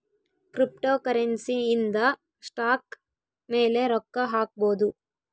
cryptocurrency ಇಂದ stock ಮೇಲೆ ರೊಕ್ಕ ಹಾಕ್ಬೊದು